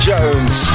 Jones